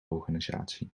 organisatie